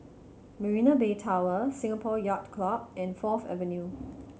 Marina Bay Tower Singapore Yacht Club and Fourth Avenue